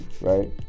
right